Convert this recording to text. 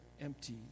empty